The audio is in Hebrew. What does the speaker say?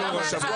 אז.